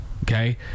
Okay